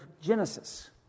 Genesis